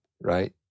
right